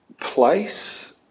place